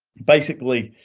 basically,